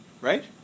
right